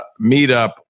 meetup